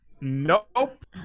Nope